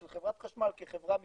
של חברת חשמל כחברה מסחרית,